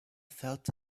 felt